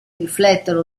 riflettono